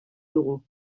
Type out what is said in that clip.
dugu